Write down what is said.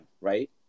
right